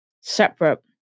separate